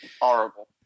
horrible